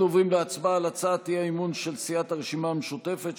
אנחנו עוברים להצבעה על הצעת האי-אמון של סיעת הרשימה המשותפת,